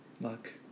luck